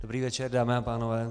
Dobrý večer, dámy a pánové.